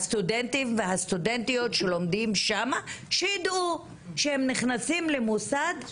שהסטודנטים והסטודנטיות שלומדים שם יידעו שהם נכנסים למוסד,